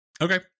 Okay